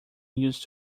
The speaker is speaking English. used